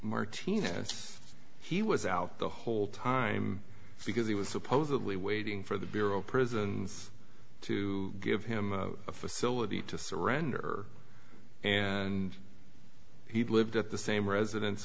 martinez he was out the whole time because he was supposedly waiting for the bureau of prisons to give him a facility to surrender and he lived at the same residen